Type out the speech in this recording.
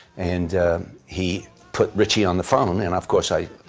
and he put ritchie on the phone, and of course i.